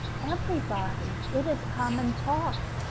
everybody it is common talk.